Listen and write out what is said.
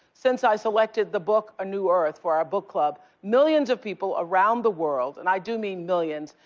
since i selected the book, a new earth for our book club millions of people around the world, and i do mean millions,